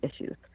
issues